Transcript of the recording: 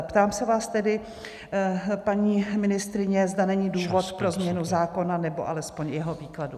Ptám se vás tedy, paní ministryně, zda není důvod pro změnu zákona, nebo alespoň jeho výkladu.